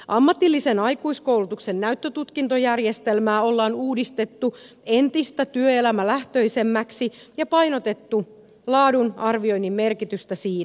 ammatillisen aikuiskoulutuksen näyttötutkintojärjestelmää ollaan uudistettu entistä työelämälähtöisemmäksi ja painotettu laadunarvioinnin merkitystä siinä